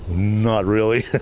not really.